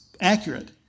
accurate